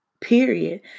period